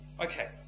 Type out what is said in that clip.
Okay